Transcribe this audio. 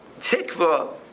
tikva